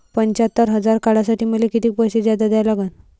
पंच्यात्तर हजार काढासाठी मले कितीक पैसे जादा द्या लागन?